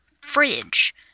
fridge